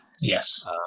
yes